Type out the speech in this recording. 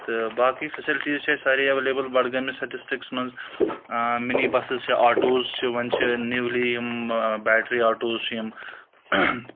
تہٕ باقٕے فیسَلٹیٖز چھِ اَسہِ سارے اَیٚوِیلَیبٕل بَڈگٲمِس ڈِسٹِرکَس منٛز مِنِی بَسٕز چھِ آٹوز چھِ وۄنۍ چھِ نِولی یِم بَیٹرِی آٹوز چھِ یِم